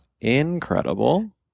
incredible